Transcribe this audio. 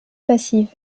passive